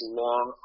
long